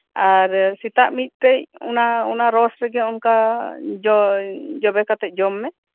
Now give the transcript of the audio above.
ᱟᱨ ᱥᱮᱛᱟᱜ ᱢᱤᱫᱴᱮᱡ ᱚᱱᱟ ᱨᱚᱥ ᱨᱮᱜᱮ ᱚᱱᱠᱟ ᱡᱚᱵᱮ ᱠᱟᱛᱮᱫ ᱡᱚᱢ ᱢᱮ